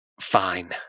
Fine